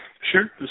Sure